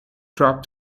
drop